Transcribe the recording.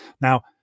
Now